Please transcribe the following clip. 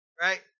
right